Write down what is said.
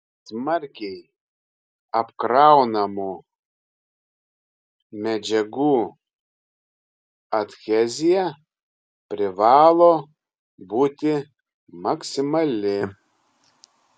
smarkiai apkraunamų medžiagų adhezija privalo būti maksimali